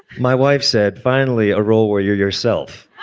my wife said finally, a role where you're yourself